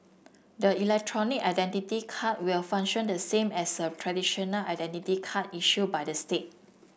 the electronic identity card will function the same as a traditional identity card issued by the state